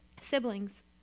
siblings